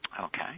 Okay